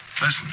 Listen